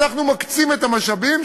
ואנחנו מקצים את המשאבים,